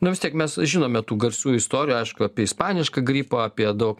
nu vis tiek mes žinome tų garsių istorijų aišku apie ispanišką gripą apie daug